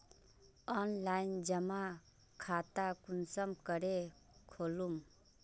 Online जमा खाता कुंसम करे खोलूम?